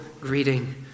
greeting